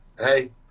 Hey